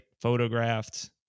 photographed